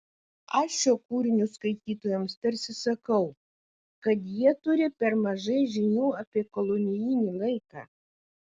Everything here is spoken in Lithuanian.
aš šiuo kūriniu skaitytojams tarsi sakau kad jie turi per mažai žinių apie kolonijinį laiką